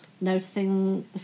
noticing